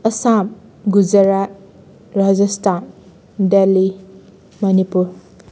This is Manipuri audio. ꯑꯁꯥꯝ ꯒꯨꯖꯔꯥꯠ ꯔꯥꯖꯁꯊꯥꯟ ꯗꯦꯜꯂꯤ ꯃꯅꯤꯄꯨꯔ